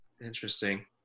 Interesting